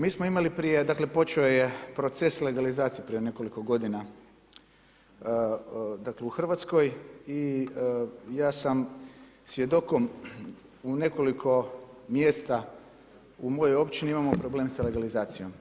Mi smo imali prije, dakle, počeo je proces legalizacije prije nekoliko godina u Hrvatskoj i ja sam svjedokom u nekoliko mjesta u mojoj općini imamo problem sa legalizacijom.